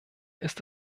ist